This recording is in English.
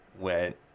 went